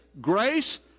grace